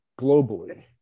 globally